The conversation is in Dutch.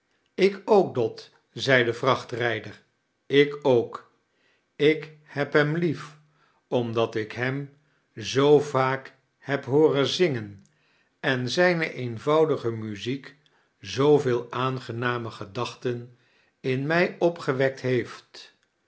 ik ook dot zei de vrachtrijder ik ook ik heb heim itlef omdot ik hem zoo vaak heb hooren zingen en zijne eemvoudige muziek zooveel aangename gediachten in mij opgewekt heeft